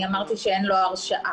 אני אמרתי שאין לו הרשעה.